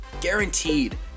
guaranteed